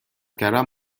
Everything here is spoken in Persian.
کردن